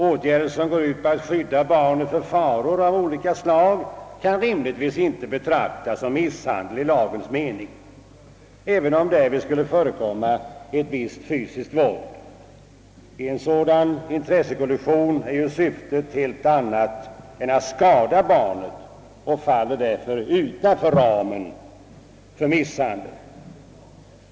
Åtgärder som går ut på att skydda barnet för faror av olika slag kan givetvis inte betraktas som misshandel i lagens mening, även om därvid skulle förekomma ett visst fysiskt våld. Vid en sådan intressekollision är ju syftet ett helt annat än att skada barnet, och fysiskt våld av detta slag faller därför utanför ramen för misshandel.